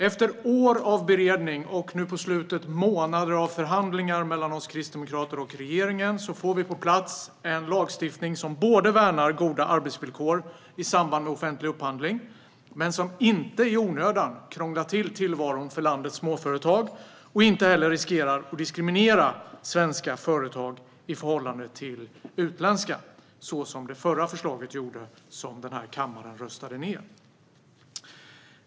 Efter år av beredning och nu på slutet månader av förhandlingar mellan oss kristdemokrater och regeringen får vi en lagstiftning på plats som värnar goda arbetsvillkor i samband med offentlig upphandling men som inte i onödan krånglar till tillvaron för landets småföretag och inte heller riskerar att diskriminera svenska företag i förhållande till utländska, så som det förra förslaget gjorde och som denna kammare röstade ned.